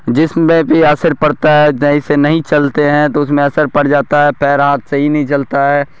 جسم میں بھی اثر پڑتا ہے صحیح سے نہیں چلتے ہیں تو اس میں اثر پڑ جاتا ہے پیر ہاتھ صحیح نہیں چلتا ہے